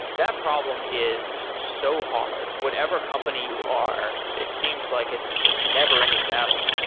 that problem is so hard. whatever company you are, it seems like it's a never ending battle.